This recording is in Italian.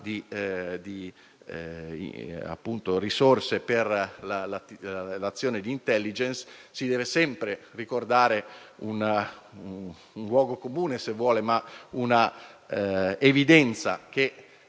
di risorse per l'azione di *intelligence*, si deve sempre ricordare un luogo comune, ma anche un'evidenza, e